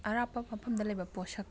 ꯑꯔꯥꯞꯄ ꯃꯐꯝꯗ ꯂꯩꯕ ꯄꯣꯠꯁꯛ